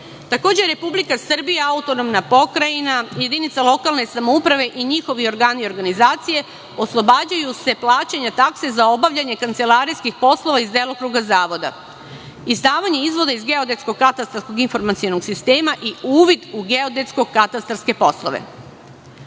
Takođe, Republika Srbija, AP, jedinica lokalne samouprave i njihovi organi i organizacije oslobađaju se plaćanja takse za obavljanje kancelarijskih poslova iz delokruga zavoda - izdavanje izvoda iz Geodetskog katastarskog informacionog sistema i uvid u geodetsko katastarske poslove. Moram